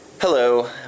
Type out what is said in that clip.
Hello